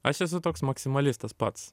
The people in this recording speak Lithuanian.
aš esu toks maksimalistas pats